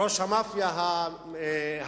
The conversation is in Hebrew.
ראש המאפיה האגדי.